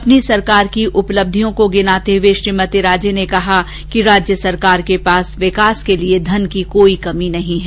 अपनी सरकार की उपलब्धियों को गिनाते हुए श्रीमती राजे ने कहा कि राज्य सरकार के पास विकास के लिए धन की कोई कमी नहीं है